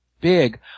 big